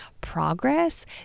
progress